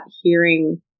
hearing